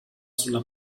sulla